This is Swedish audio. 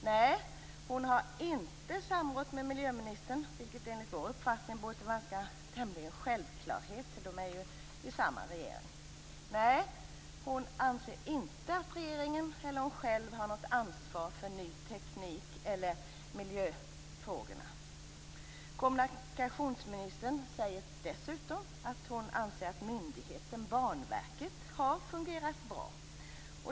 Nej, hon har inte samrått med miljöministern, vilket enligt vår uppfattning borde vara tämligen självklart då de ju sitter i samma regering. Nej, hon anser inte att regeringen eller hon själv har något ansvar för ny teknik eller för miljöfrågorna. Kommunikationsministern säger dessutom att hon anser att myndigheten Banverket har fungerat bra.